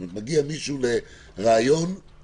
-- מיהו לא גורם זכאי או מיהו גורם זכאי?